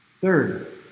Third